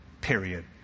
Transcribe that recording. period